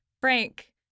Frank